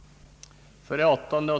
8.